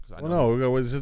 no